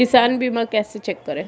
किसान बीमा कैसे चेक करें?